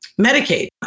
Medicaid